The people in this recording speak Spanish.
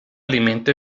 alimento